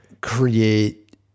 create